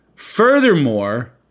Furthermore